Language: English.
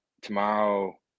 tomorrow